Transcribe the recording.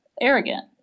arrogant